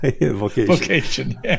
Vocation